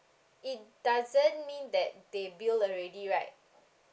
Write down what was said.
it doesn't mean that they build already right